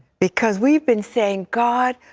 because we've been saying, god,